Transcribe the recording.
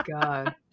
god